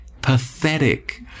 Pathetic